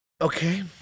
Okay